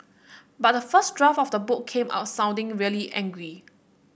but the first draft of the book came out sounding really angry